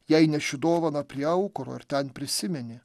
jei neši dovaną prie aukuro ir ten prisimeni